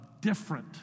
different